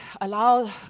allow